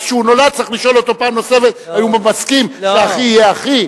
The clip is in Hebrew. אז כשהוא נולד צריך לשאול אותו פעם נוספת אם הוא מסכים שאחי יהיה אחי?